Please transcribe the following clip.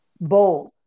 bold